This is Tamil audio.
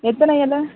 எத்தனை இல